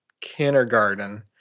kindergarten